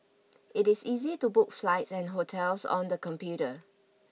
it is easy to book flights and hotels on the computer